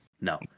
no